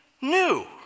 new